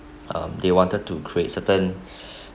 um they wanted to create a certain